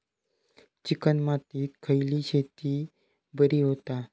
Chicken मातीत खयली शेती बरी होता?